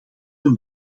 een